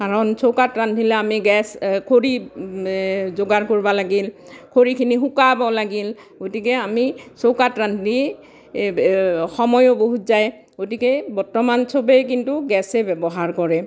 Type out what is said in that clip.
কাৰণ চৌকাত ৰান্ধিলে আমি গেছ খৰি এ যোগাৰ কৰিব লাগিল খৰিখিনি শুকাব লাগিল গতিকে আমি চৌকাত ৰান্ধি এই সময়ো বহুত যায় গতিকে বৰ্তমান সবেই কিন্তু গেছেই ব্যৱহাৰ কৰে